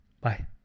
Bye